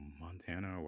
Montana